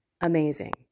Amazing